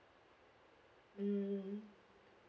mm